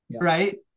Right